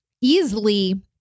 easily